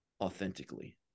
authentically